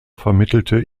vermittelte